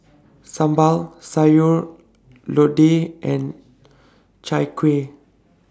Sambal Sayur Lodeh and Chai Kuih